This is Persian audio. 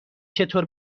چطور